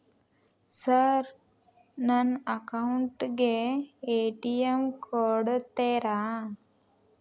Sir ನನ್ನ account ಗೆ ATM ಕೊಡುತ್ತೇರಾ?